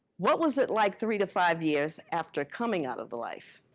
what was it like three to five years after coming out of the life?